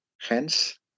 hence